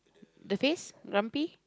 the face grumpy